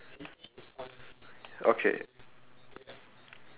okay city pharmacy what does yours write for the word